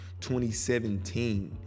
2017